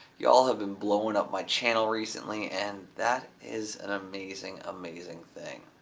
ya'll have been blowing up my channel recently and that is an amazing, amazing thing.